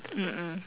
mm mm